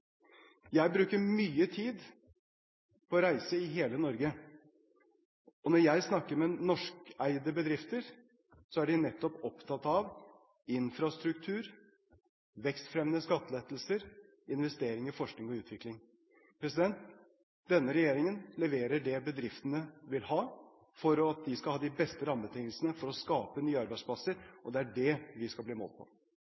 Jeg bruker mye tid på å reise i hele Norge, og når jeg snakker med norskeide bedrifter, er de nettopp opptatt av infrastruktur, vekstfremmende skattelettelser, investering i forskning og utvikling. Denne regjeringen leverer det bedriftene vil ha for at de skal ha de beste rammebetingelsene for å skape nye arbeidsplasser,